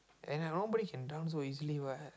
and nobody can drown so easily what